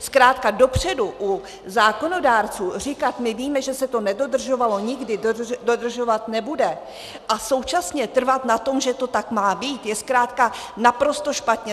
Zkrátka dopředu u zákonodárců říkat: my víme, že se to nedodržovalo nikdy a dodržovat nebude, a současně trvat na tom, že to tak má být, je zkrátka naprosto špatně.